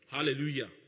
Hallelujah